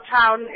town